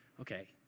okay